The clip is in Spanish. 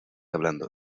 hablando